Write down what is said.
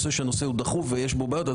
כיוון שאם תוקם ועדה אחת בודדת אז